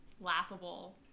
laughable